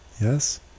Yes